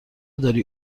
داری